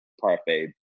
parfait